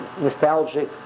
nostalgic